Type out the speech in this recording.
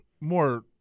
More